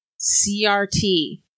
CRT